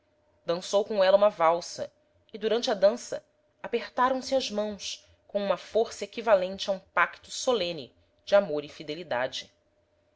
dançou com ela uma valsa e durante a dança apertaram-se as mãos com uma força equivalente a um pacto solene de amor e fidelidade